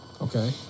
Okay